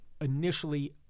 initially